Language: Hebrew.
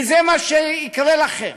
כי זה מה שיקרה לכם,